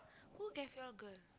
who gave y'all girl